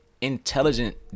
intelligent